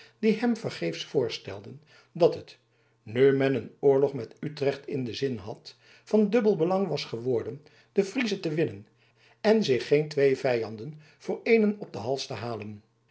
die hem vergeefs voorstelden dat het nu men een oorlog met utrecht in den zin had van dubbel belang was geworden de friezen te winnen en zich geen twee vijanden voor eenen op den hals te halen